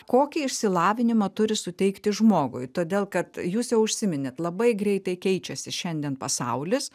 kokį išsilavinimą turi suteikti žmogui todėl kad jūs jau užsiminėt labai greitai keičiasi šiandien pasaulis